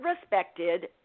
respected